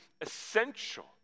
essential